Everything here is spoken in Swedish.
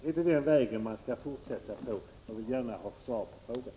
Är det den vägen som man skall fortsätta på? Jag vill gärna ha ett svar på den frågan.